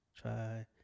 try